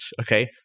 Okay